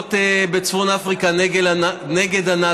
בקרבות בצפון אפריקה נגד הנאצים,